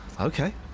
Okay